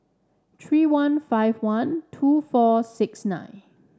three one five one two four six nine